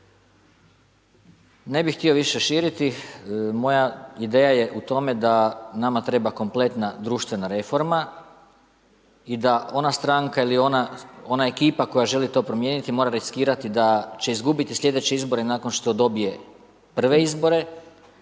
Ne bih htio više širiti, moja ideja je u tome da nama treba kompletna društvena reforma i da ona stranka ili ona ekipa koja želi to promijeniti, mora riskirati da će izgubiti slijedeće izbore nakon što dobije prve izbore